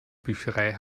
bücherei